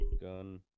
gun